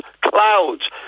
clouds